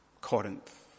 Corinth